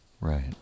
right